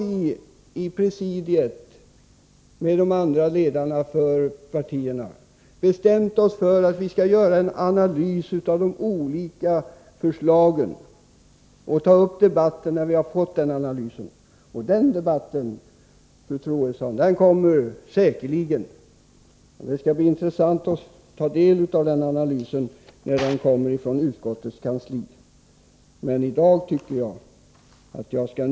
I presidiet har vi bestämt oss för att låta göra en analys av de olika förslagen och ta upp debatten när vi har fått den analysen. Det skall bli intressant att ta del av den analys som skall göras av utskottets kansli — debatten kommer, fru Troedsson.